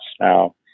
now